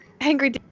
Angry